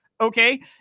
Okay